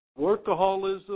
workaholism